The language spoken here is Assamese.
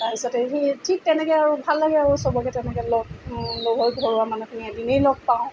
তাৰ পাছতে সেই ঠিক তেনেকৈ আৰু ভাল লাগে আৰু চবকে তেনেকৈ লগ লগ হৈ ঘৰুৱা মানুহখিনি এদিনেই লগ পাওঁ